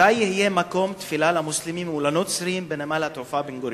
מתי יהיה מקום תפילה למוסלמים ולנוצרים בנמל התעופה בן-גוריון?